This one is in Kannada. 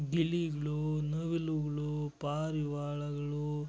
ಗಿಳಿಗ್ಳು ನವಿಲುಗಳು ಪಾರಿವಾಳಗಳು